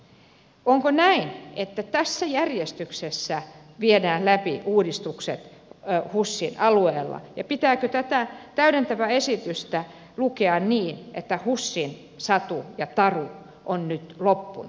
onko näin että tässä järjestyksessä viedään läpi uudistukset husin alueella ja pitääkö tätä täydentävää esitystä lukea niin että husin satu ja taru on nyt loppunut